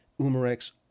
Umarex